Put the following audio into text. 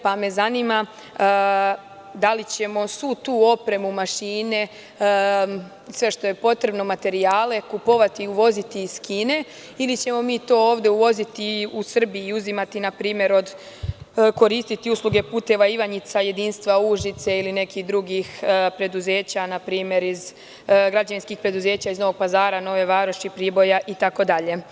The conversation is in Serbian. Pa me zanima da li ćemo svu tu opremu, mašine, sve što je potrebno, materijale kupovati i uvoziti iz Kine ili ćemo mi to ovde uvoziti u Srbiji i uzimati i koristiti usluge puteva Ivanjica Jedinstvo Užice ili nekih drugih preduzeća, naprimer iz građevinskih preduzeća iz Novog Pazara, Nove Varoši, Priboja itd?